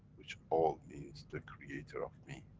which all means the creator of me.